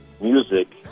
music